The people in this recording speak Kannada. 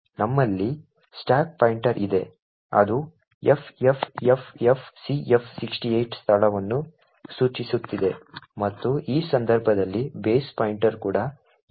ನಮ್ಮಲ್ಲಿ ಸ್ಟಾಕ್ ಪಾಯಿಂಟರ್ ಇದೆ ಅದು ffffcf68 ಸ್ಥಳವನ್ನು ಸೂಚಿಸುತ್ತಿದೆ ಮತ್ತು ಈ ಸಂದರ್ಭದಲ್ಲಿ ಬೇಸ್ ಪಾಯಿಂಟರ್ ಕೂಡ ffffcf68 ಆಗಿದೆ